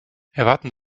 erwarten